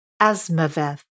Asmaveth